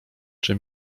czy